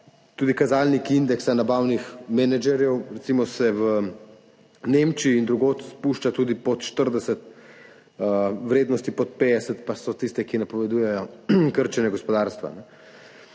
Tudi kazalniki indeksa nabavnih menedžerjev se recimo v Nemčiji in drugod spuščajo tudi pod 40, vrednosti pod 50 pa so tiste, ki napovedujejo krčenje gospodarstva.